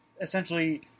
essentially